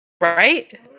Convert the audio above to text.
right